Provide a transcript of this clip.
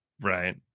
Right